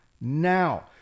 now